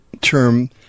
term